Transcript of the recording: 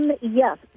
Yes